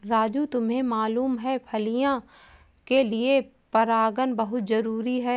राजू तुम्हें मालूम है फलियां के लिए परागन बहुत जरूरी है